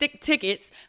tickets